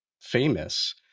famous